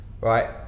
Right